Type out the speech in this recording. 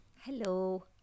hello